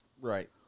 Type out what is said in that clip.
Right